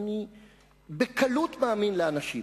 אני בקלות מאמין לאנשים,